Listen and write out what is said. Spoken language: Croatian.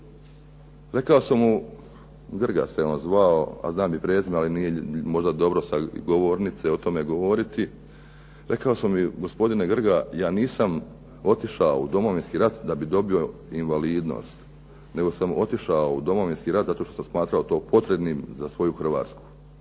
Rekao sam mu, Grga se on zvao, znam i prezime, ali možda dobro sa govornice o tome govoriti, rekao sam mu gospodine Grga, ja nisam otišao u Domovinski rat da bih dobio invalidnost, nego sam otišao u Domovinski rat zato što sam smatrao to potrebnim za svoju Hrvatsku.